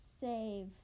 save